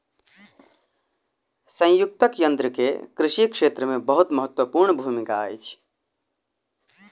संयुक्तक यन्त्र के कृषि क्षेत्र मे बहुत महत्वपूर्ण भूमिका अछि